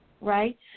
right